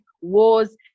wars